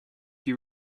you